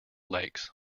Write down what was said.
lakes